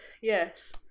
Yes